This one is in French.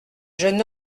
jeune